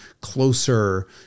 closer